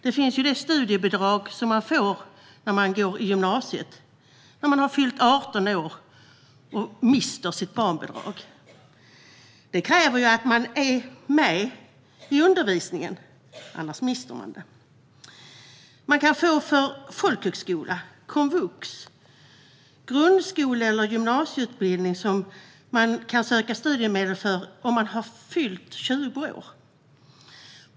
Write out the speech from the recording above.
Det finns studiebidrag som man får när man går i gymnasiet när man har fyllt 18 år och mister sitt barnbidrag. Det kräver att man deltar i undervisningen, annars mister man det. När man går på folkhögskola, på komvux eller på annan grundskole eller gymnasieutbildning kan man söka studiemedel om man har fyllt 20 år.